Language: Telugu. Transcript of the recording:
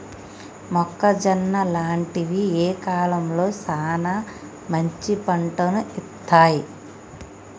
మొక్కజొన్న లాంటివి ఏ కాలంలో సానా మంచి పంటను ఇత్తయ్?